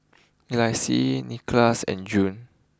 Elyse Nickolas and June